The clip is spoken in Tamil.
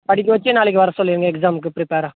படிக்க வச்சு நாளைக்கு வர சொல்லிடுங்க எக்ஸாம்க்கு பிரிப்பேராக